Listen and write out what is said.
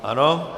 Ano.